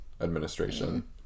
Administration